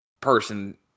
person